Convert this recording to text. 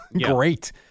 Great